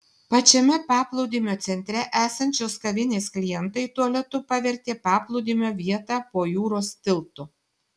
pačiame paplūdimio centre esančios kavinės klientai tualetu pavertė paplūdimio vietą po jūros tiltu